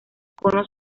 conos